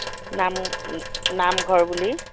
নাম নামঘৰ বুলি